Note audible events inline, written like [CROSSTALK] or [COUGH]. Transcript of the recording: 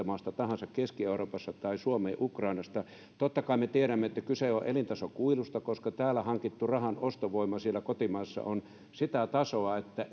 [UNINTELLIGIBLE] maasta tahansa keski euroopasta tai ukrainasta suomeen totta kai me tiedämme että kyse on elintasokuilusta koska täällä hankittu rahan ostovoima siellä kotimaassa on sitä tasoa että [UNINTELLIGIBLE]